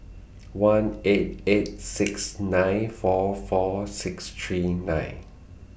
one eight eight six nine four four six three nine